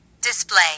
Display